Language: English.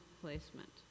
placement